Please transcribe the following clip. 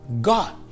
God